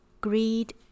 greed